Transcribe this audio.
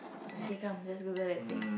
K come let's Google and think